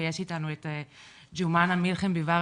ויש איתנו בזום את ג'ומאנה מלחם ביבאר,